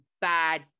bad